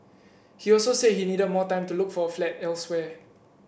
he also said he needed more time to look for a flat elsewhere